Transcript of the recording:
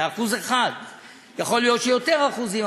זה 1%. זה 1%; יכול להיות שיותר אחוזים,